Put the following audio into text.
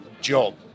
job